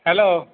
hello